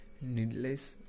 Needless